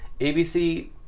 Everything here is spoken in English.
ABC